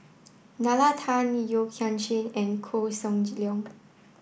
Nalla Tan Yeo Kian Chye and Koh Seng Leong